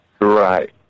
Right